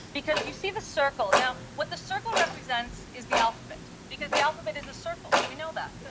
because you see the circle. now, what the circle represents is the alphabet. because the alphabet is a circle. we know that.